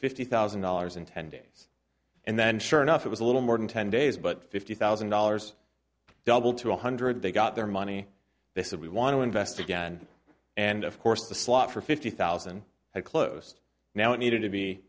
fifty thousand dollars in ten days and then sure enough it was a little more than ten days but fifty thousand dollars double to one hundred they got their money they said we want to invest again and of course the slot for fifty thousand had closed now it needed to be